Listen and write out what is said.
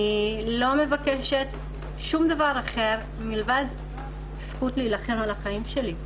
אני לא מבקשת שום דבר אחר מלבד הזכות להילחם על החיים שלי.